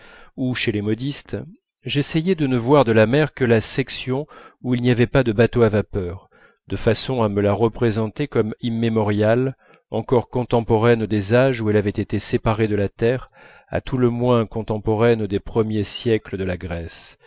ou chez les modistes j'essayais de ne voir de la mer que la section où il n'y avait pas de bateau à vapeur de façon à me la représenter comme immémoriale encore contemporaine des âges où elle avait été séparée de la terre à tout le moins contemporaine des premiers siècles de la grèce